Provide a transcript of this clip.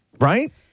right